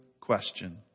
question